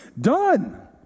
Done